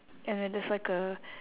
and then there's like a